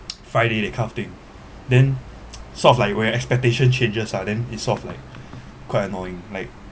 friday that kind of thing then sort of like where expectation changes ah then it's sort of like quite annoying like